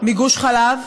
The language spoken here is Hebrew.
מגוש חלב,